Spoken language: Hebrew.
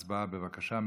הצבעה, בבקשה.